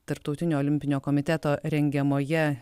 tarptautinio olimpinio komiteto rengiamoje